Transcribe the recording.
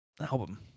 album